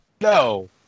no